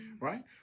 Right